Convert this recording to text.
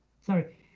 sorry